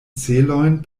celojn